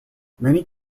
many